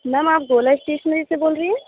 میم آپ گولا اسٹیشنری سے بول رہی ہیں